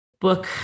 book